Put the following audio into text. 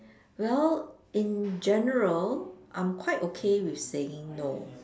well in general I'm quite okay with saying no